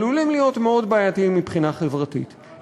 עלולים להיות מאוד בעייתיים מבחינה חברתית,